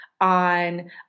on